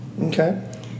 Okay